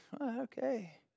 Okay